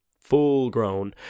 Full-grown